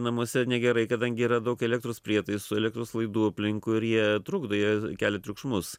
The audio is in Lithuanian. namuose negerai kadangi yra daug elektros prietaisų elektros laidų aplinkui ir jie trukdo jie kelia triukšmus